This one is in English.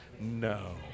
No